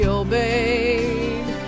obeyed